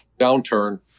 downturn